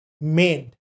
made